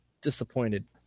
Disappointed